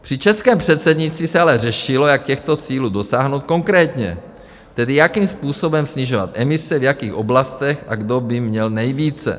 Při českém předsednictví se ale řešilo, jak těchto cílů dosáhnout konkrétně, tedy jakým způsobem snižovat emise, v jakých oblastech a kdo by měl nejvíce.